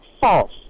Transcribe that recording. false